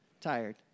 Tired